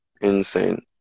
insane